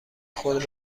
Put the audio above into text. خود